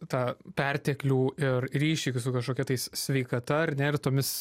tą perteklių ir ryšį su kažkokia tais sveikata ar ne ir tomis